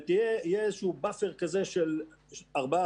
ויהיה איזשהו באפר כזה של ארבעה,